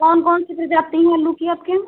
कौन कौन सी प्रजाति हैं आलू की आपके यहाँ